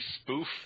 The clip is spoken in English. spoof